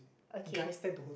okay